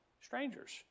strangers